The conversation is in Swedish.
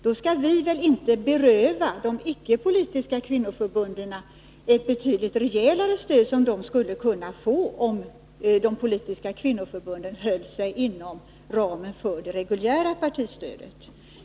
Då skall vi väl inte beröva de icke politiska kvinnoförbunden det betydligt rejälare stöd som de skulle kunna få, om de politiska kvinnoförbunden höll sig inom ramen för de reguljära partistöden.